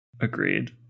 agreed